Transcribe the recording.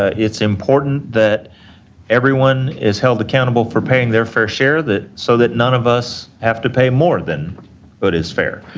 it's important that everyone is held accountable for paying their fair share so that none of us have to pay more than what is fair,